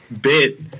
bit